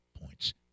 points